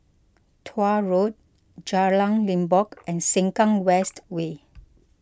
Tuah Road Jalan Limbok and Sengkang West Way